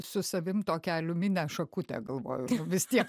su savim tokią aliuminę šakutę galvoj vis tiek